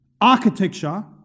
architecture